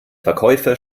verkäufer